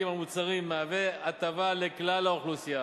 על מוצרים מהווים הטבה לכלל האוכלוסייה,